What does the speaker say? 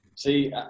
See